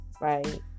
Right